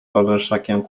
orszakiem